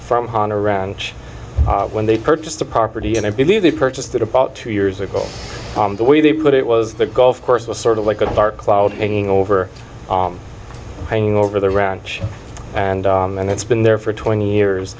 from hahn a ranch when they purchased the property and i believe they purchased it about two years ago the way they put it was the golf course was sort of like a dark cloud hanging over hanging over the ranch and then it's been there for twenty years